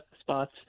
spots